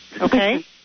Okay